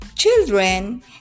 Children